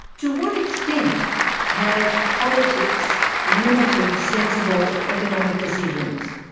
to what extent have politics limited sensible economic decisions?